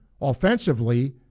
offensively